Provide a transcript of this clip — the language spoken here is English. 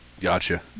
gotcha